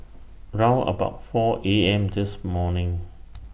round about four A M This morning